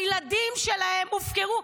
הילדים שלהם הופקרו.